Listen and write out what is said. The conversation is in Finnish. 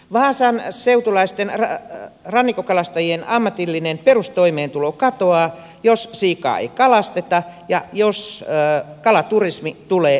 vaasan seutulaisten rannikkokalastajien ammatillinen perustoimeentulo katoaa jos siikaa ei kalasteta ja jos kalaturismi tulee ja valtaa alaa